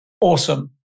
awesome